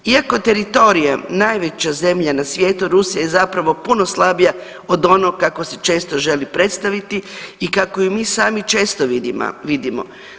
Iako teritorijem najveća zemlja na svijetu Rusija je zapravo puno slabija od onog kako se često želi predstaviti i kako ju mi sami često vidimo.